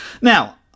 Now